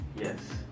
yes